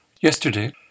Yesterday